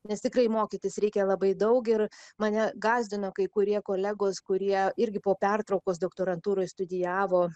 nes tikrai mokytis reikia labai daug ir mane gąsdina kai kurie kolegos kurie irgi po pertraukos doktorantūroj studijavo